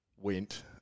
went